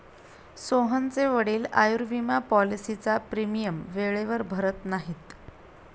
सोहनचे वडील आयुर्विमा पॉलिसीचा प्रीमियम वेळेवर भरत नाहीत